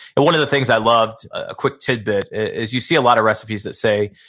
and one of the things i've loved, a quick tidbit, is you see a lot of recipes that say,